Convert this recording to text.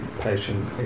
patient